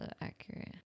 accurate